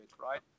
right